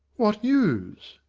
what news?